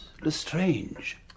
Lestrange